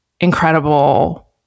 incredible